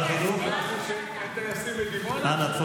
יעלה ויבוא חבר